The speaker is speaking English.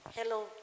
Hello